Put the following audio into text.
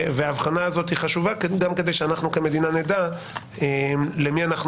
וההבחנה הזאת חשובה גם כדי שאנחנו כמדינה נדע למי אנחנו